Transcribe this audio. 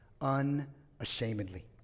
unashamedly